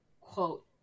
quote